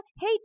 Hey